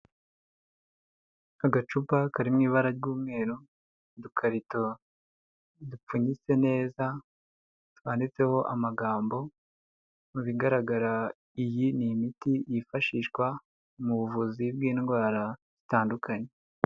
Agacupa kari mu ibara ry'umweru udukarito dupfunyitse neza twanditseho amagambo, mu bigaragara iyi ni imiti yifashishwa mu buvuzi bw'indwara zitandukanye.